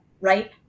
right